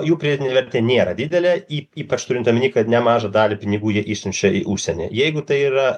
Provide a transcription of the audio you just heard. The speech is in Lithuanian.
jų pridėtinė vertė nėra didelė ypač turint omenyje kad nemažą dalį pinigų jie išsiunčia į užsienį jeigu tai yra